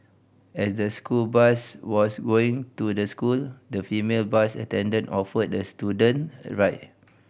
as the school bus was going to the school the female bus attendant offered the student a ride